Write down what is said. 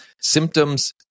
symptoms